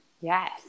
yes